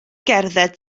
gerdded